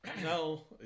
no